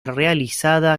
realizada